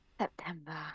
September